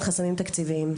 הם חסמים תקציביים.